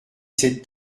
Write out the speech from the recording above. cette